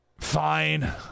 fine